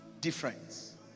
difference